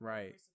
Right